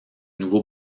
nouveau